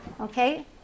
Okay